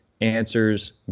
answers